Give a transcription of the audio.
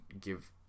give